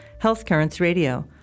healthcurrentsradio